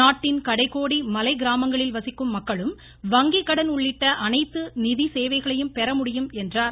நாட்டின் கடைகோடி மலை கிராமங்களில் வசிக்கும் மக்களும் வங்கிக்கடன் உள்ளிட்ட அனைத்து நிதி சேவைகளையும் பெற முடியும் என்றார்